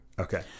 Okay